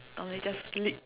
or can just lick